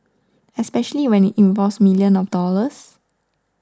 especially when it involves millions of dollars